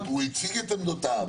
הוא הציג את עמדותיו.